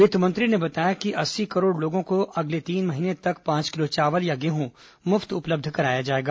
वित्तमंत्री ने बताया कि अस्सी करोड़ लोगों को अगले तीन महीने तक पांच किलो चावल या गेंहू मुफ्त उपलब्ध कराया जाएगा